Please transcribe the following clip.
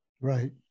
right